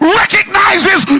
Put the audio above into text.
recognizes